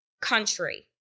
country